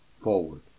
forward